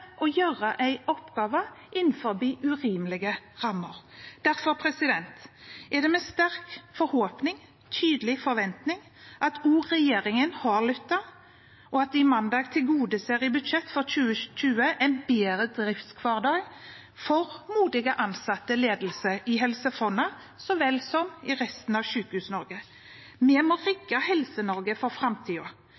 å gjøre en oppgave innenfor urimelige rammer. Derfor er det med sterk forhåpning og tydelig forventning at også regjeringen har lyttet, og at de mandag tilgodeser i budsjettet for 2020 en bedre driftshverdag for modige ansatte og ledelse ved Helse Fonna så vel som i resten av Sykehus-Norge. Vi må